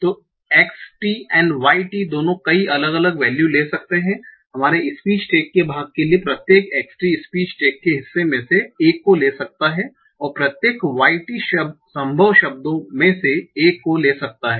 तो Xt और Yt दोनों कई अलग अलग वैल्यू ले सकते हैं हमारे स्पीच टैग के भाग के लिए प्रत्येक Xt स्पीच टैग के हिस्से में से एक को ले सकता है और प्रत्येक Yt संभव शब्दों में से एक को ले सकता है